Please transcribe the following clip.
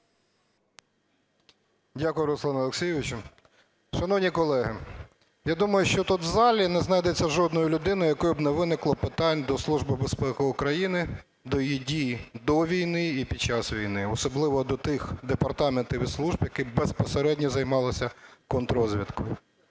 Дякую, Руслан Олексійович! Шановні колеги, я думаю, що тут в залі не знайдеться жодної людини в якої б не виникло питань до Служби безпеки України, до її дій до війни і під час війни, особливо до тих департаментів, і служб, які безпосередньо займалися контррозвідкою.